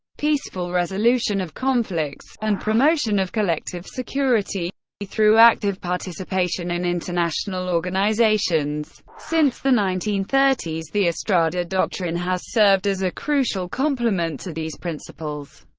peaceful resolution of conflicts, and promotion of collective security through active participation in international organizations. since the nineteen thirty s, the estrada doctrine has served as a crucial complement to these principles.